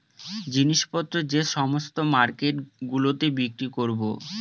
জিনিস পত্র যে সমস্ত মার্কেট গুলোতে বিক্রি করবো